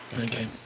Okay